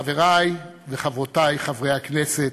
חברי וחברותי חברי הכנסת,